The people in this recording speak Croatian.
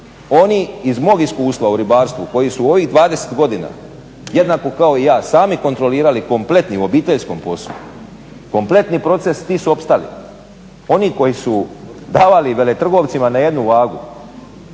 Oni iz mog iskustva u ribarstvu koji su u ovih 20 godina jednako kao i ja sami kontrolirali kompletni u obiteljskom poslu, kompletni proces, ti su opstali. Oni koji su davali veletrgovcima na jednu vagu